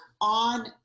on